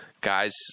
guys